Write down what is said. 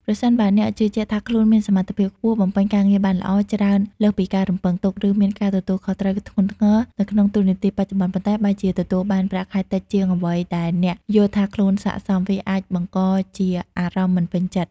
ប្រសិនបើអ្នកជឿជាក់ថាខ្លួនមាន សមត្ថភាពខ្ពស់ បំពេញការងារបានល្អ ច្រើនលើសពីការរំពឹងទុក ឬមាន ការទទួលខុសត្រូវធ្ងន់ធ្ងរ នៅក្នុងតួនាទីបច្ចុប្បន្ន ប៉ុន្តែបែរជាទទួលបានប្រាក់ខែតិចជាងអ្វីដែលអ្នកយល់ថាខ្លួនស័ក្តិសម វាអាចបង្កជាអារម្មណ៍ មិនពេញចិត្ត។